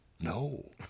No